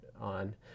on